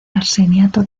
arseniato